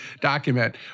document